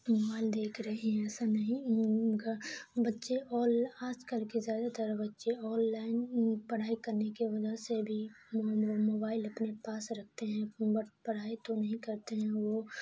mobile دیکھ رہے ہیں ایسا نہیں بچے آل آج کل کے زیادہ تر بچے آن لائن پڑھائی کرنے کی وجہ سے بھی موبائل اپنے پاس رکھتے ہیں بٹ پڑھائی تو نہیں کرتے ہیں وہ